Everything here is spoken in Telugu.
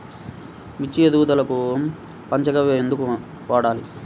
మిర్చి ఎదుగుదలకు పంచ గవ్య ఎందుకు వాడాలి?